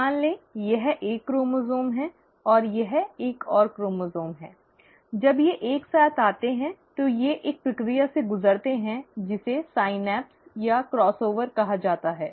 तो मान लें कि यह एक क्रोमोसोम है और यह एक और क्रोमोसोम है जब ये एक साथ आते हैं तो ये एक प्रक्रिया से गुजरते हैं जिसे सिनैप्स या क्रॉस ओवर कहा जाता है